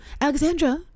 Alexandra